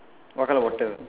what color water